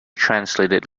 translated